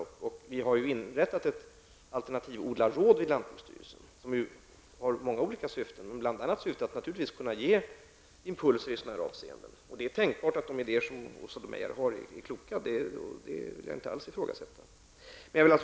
Vi har ju i lantbruksstyrelsen inrättat ett alternativodlarråd, som har många olika syften, bl.a. att kunna ge impulser i sådana här avseenden. Det är tänkbart att de idéer som Åsa Domeij här har är kloka -- det ifrågasätter jag inte alls.